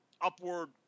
upward